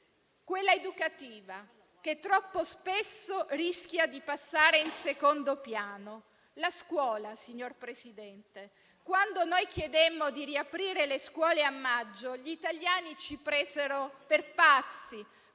quella educativa, che troppo spesso rischia di passare in secondo piano. La scuola, signor Presidente del Consiglio. Quando chiedemmo di riaprire le scuole a maggio, gli italiani ci presero per pazzi,